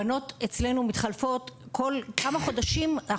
בנות מתחלפות אצלנו כל כמה חודשים כי